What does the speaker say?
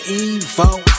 evil